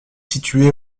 située